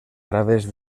través